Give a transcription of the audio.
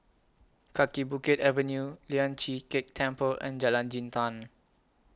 Kaki Bukit Avenue Lian Chee Kek Temple and Jalan Jintan